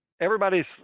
everybody's